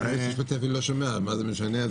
היועץ המשפטי לא שומע אז מה זה משנה?